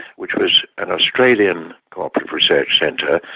which was an australian co-operative research centre,